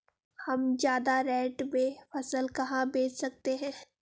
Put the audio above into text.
हम ज्यादा रेट में फसल कहाँ बेच सकते हैं?